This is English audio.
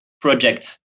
project